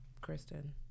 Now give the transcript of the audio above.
Kristen